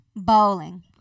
Bowling